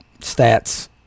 stats